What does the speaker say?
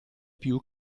più